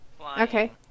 Okay